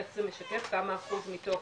איך זה משקף כמה אחוז מתוך